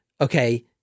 Okay